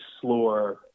slower